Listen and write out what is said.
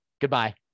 Goodbye